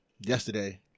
yesterday